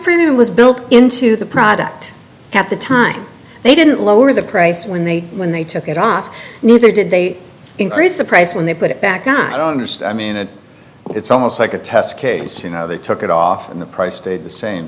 premium was built into the product at the time they didn't lower the price when they when they took it off neither did they increase the price when they put it back not honest i mean it it's almost like a test case you know they took it off when the price stayed the same